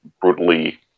brutally